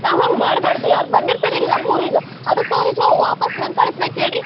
ನಾವು ಹಂಗೆ ಮಾಡ್ಬಾರ್ದ್ ರೀ ಅವ್ರು ಬಂದಿರ್ತಾರೆ ಇಲ್ಲಿ ನಮ್ಮ ಊರಿಗೆ ಅದಕ್ಕೆ ಅವ್ರಿಗೆ ನಾವು ವಾಪಸ್ಸು ಹೆಂಗೆ ಕಳಿಸ್ಬೇಕು ಹೇಳ್ ರೀ